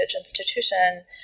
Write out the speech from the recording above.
institution